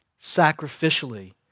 sacrificially